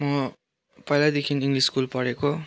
म पहिल्यैदेखि English school पढेको